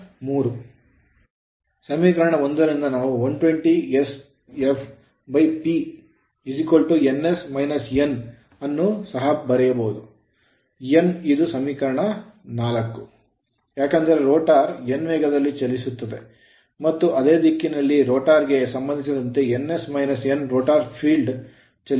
ಸಮೀಕರಣ 1 ರಿಂದ ನಾವು 120 sf P ns n ಅನ್ನು ಸಹ ಬರೆಯಬಹುದು ಎನ್ ಇದು ಸಮೀಕರಣ 4 ಏಕೆಂದರೆ ರೋಟರ್ n ವೇಗದಲ್ಲಿ ಚಲಿಸುತ್ತದೆ ಮತ್ತು ಅದೇ ದಿಕ್ಕಿನಲ್ಲಿರೋಟರ್ ಗೆ ಸಂಬಂಧಿಸಿದಂತೆ ns - n ರೋಟರ್ ಫೀಲ್ಡ್ ನಲ್ಲಿ ಚಲಿಸುತ್ತದೆ